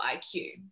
IQ